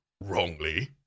Wrongly